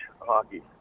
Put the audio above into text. hockey